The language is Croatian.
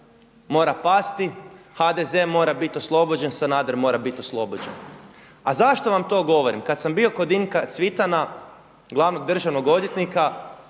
mora pasti, HDZ mora biti oslobođen, Sanader mora biti oslobođen. A zašto vam to govorim? Kada sam bio kod Dinka Cvitana glavnog državnog odvjetnika